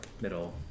middle